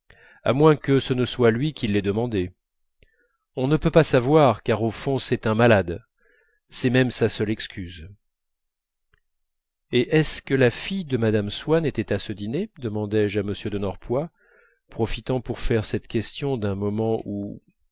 à moins que ce ne soit lui qui l'ait demandé on ne peut pas savoir car au fond c'est un malade c'est même sa seule excuse et est-ce que la fille de mme swann était à ce dîner demandai-je à m de norpois profitant pour faire cette question d'un moment où